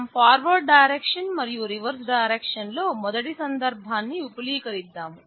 మనం forward direction మరియు reverse direction లో మొదటి సందర్భాన్ని విపులీకరిద్దాం